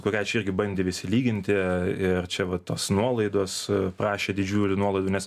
kuria čia irgi bandė visi lyginti ir čia va tos nuolaidos prašė didžiulių nuolaidų nes